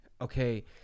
okay